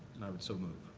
and i would so move.